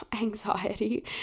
anxiety